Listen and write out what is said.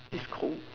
it's cold